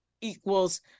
equals